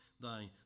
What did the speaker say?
thy